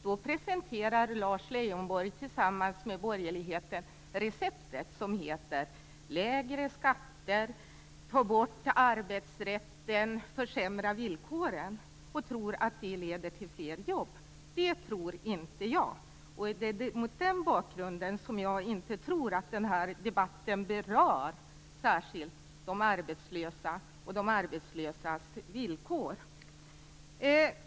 Då presenterar Lars Leijonborg tillsammans med borgerligheten receptet, som innebär lägre skatter, att få bort arbetsrätten och försämra villkoren, och han tror att detta leder till fler jobb. Det tror inte jag, och det är mot den bakgrunden som jag tror att den här debatten inte särskilt mycket berör de arbetslösa och de arbetslösas villkor.